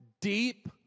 deep